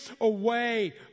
away